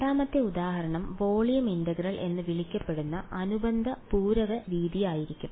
രണ്ടാമത്തെ ഉദാഹരണം volume integral എന്ന് വിളിക്കപ്പെടുന്ന അനുബന്ധ പൂരക രീതിയായിരിക്കും